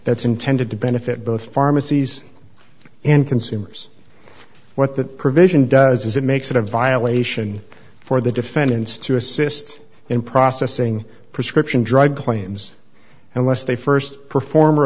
that's intended to benefit both pharmacies and consumers what that provision does is it makes it a violation for the defendants to assist in processing prescription drug claims and less they st perform